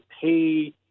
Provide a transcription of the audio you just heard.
pay